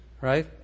right